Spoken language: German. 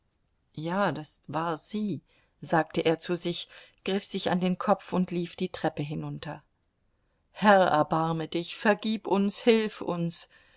ja das war sie sagte er zu sich griff sich an den kopf und lief die treppe hinunter herr erbarme dich vergib uns hilf uns